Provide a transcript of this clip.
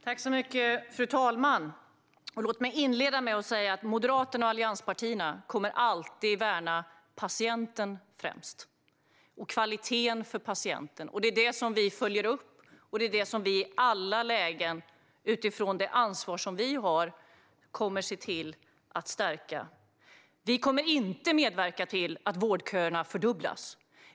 Fru talman! Låt mig inleda med att säga att Moderaterna och allianspartierna alltid främst kommer att värna patienten och kvaliteten för patienten. Det är detta som vi följer upp, och det är detta som vi i alla lägen - utifrån det ansvar som vi har - kommer att se till att stärka. Vi kommer inte att medverka till att vårdköerna fördubblas.